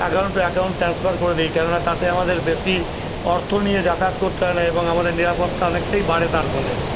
account to account transfer করে দিই কেন না তাতে আমাদের বেশি অর্থ নিয়ে যাতায়াত করতে হয় না এবং আমাদের নিরাপত্তা অনেকটাই বাড়ে তার ফলে